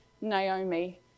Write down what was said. Naomi